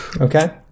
okay